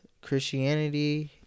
Christianity